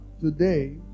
Today